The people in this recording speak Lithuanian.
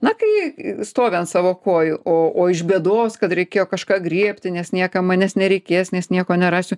na kai stovi ant savo kojų o iš bėdos kad reikėjo kažką griebti nes niekam manęs nereikės nes nieko nerasiu